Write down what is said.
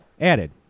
added